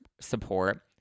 support